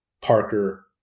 Parker